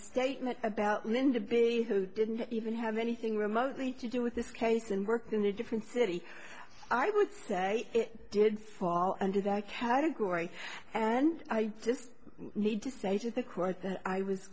statement about linda perry who didn't even have anything remotely to do with this case and work in a different city i would say it did fall under that category and i just need to say to the court that i was